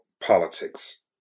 politics